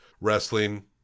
wrestling